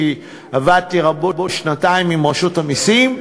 כי עבדתי שנתיים עם רשות המסים,